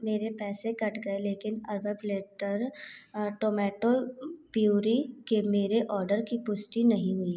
मेरे पैसे कट गए लेकिन अर्बन प्लैटर टोमेटो प्यूरी के मेरे ऑर्डर की पुष्टि नहीं हुई